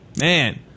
man